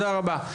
תודה רבה.